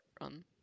run